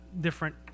different